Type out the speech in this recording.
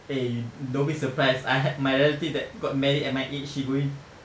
eh yo~ don't be surprised I had my relative that got married at my age she going